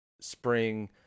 spring